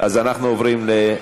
אז אנחנו עוברים להצבעה.